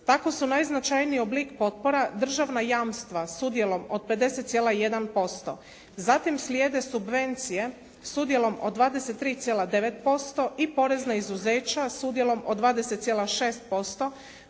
Tako su najznačajniji oblik potpora državna jamstva s udjelom od 50,1%, zatim slijede subvencije s udjelom od 23,9% i porezna izuzeća s udjelom od 20,6%